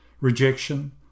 rejection